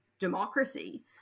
democracy